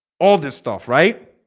all this stuff, right?